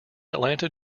atlanta